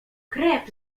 krew